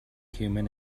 human